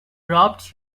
dropped